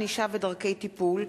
ענישה ודרכי טיפול)